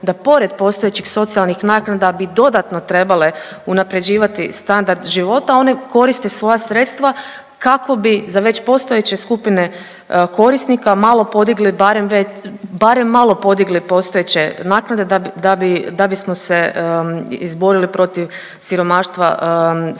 da pored postojećih socijalnih naknada bi dodatno trebale unaprjeđivati standard života, one koriste svoja sredstva kako bi za već postojeće skupine korisnika malo podigli barem ve…, barem malo podigli postojeće naknade da bi, da bi, da bismo se izborili protiv siromaštva svojih